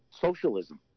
socialism